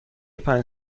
پنج